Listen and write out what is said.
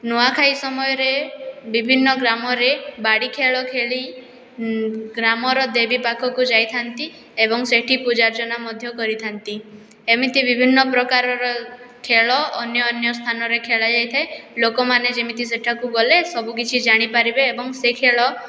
ନୂଆଖାଇ ସମୟରେ ବିଭିନ୍ନ ଗ୍ରାମରେ ବାଡ଼ି ଖେଳଖେଳି ଗ୍ରାମର ଦେବୀ ପାଖକୁ ଯାଇଥାଆନ୍ତି ଏବଂ ସେଇଠି ପୂଜାଅର୍ଚ୍ଚନା ମଧ୍ୟ କରିଥାଆନ୍ତି ଏମିତି ବିଭିନ୍ନ ପ୍ରକାରର ଖେଳ ଅନ୍ୟ ଅନ୍ୟ ସ୍ଥାନରେ ଖେଳା ଯାଇଥାଏ ଲୋକମାନେ ଯେମିତି ସେଠାକୁ ଗଲେ ସବୁ କିଛି ଜାଣିପାରିବେ ଏବଂ ସେ ଖେଳ